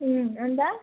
अनि त